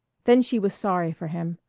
then she was sorry for him.